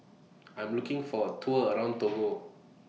I Am looking For A Tour around Togo